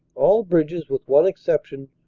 all bridges, with one exception,